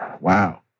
Wow